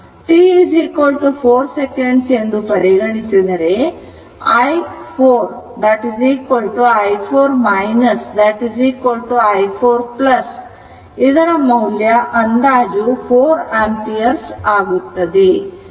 t 4 second ಎಂಬುದಾಗಿ ಪರಿಗಣಿಸಿದರೆ i4 i 4 i 4 ಇದರ ಮೌಲ್ಯ ಅಂದಾಜು 4 ampere ಆಗುತ್ತದೆ